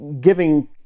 giving